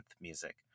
music